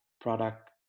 product